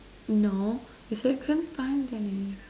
no your second time